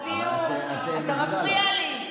לסיום, אתה מפריע לי.